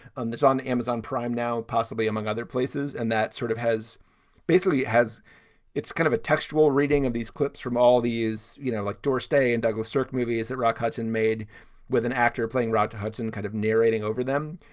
um it's on amazon prime now, possibly among other places. and that sort of has basically has its kind of a textural reading of these clips from all these, you know, like doris day and douglas sirk movie is that rock hudson made with an actor playing rock hudson, kind of narrating over them.